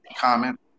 comment